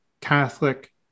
catholic